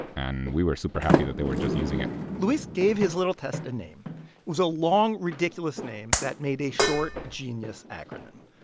and we were super happy that they were just using it luis gave his little test a name. it was a long, ridiculous name that made a short, genius acronym.